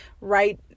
right